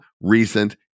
recent